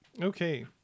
Okay